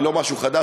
היא לא משהו חדש,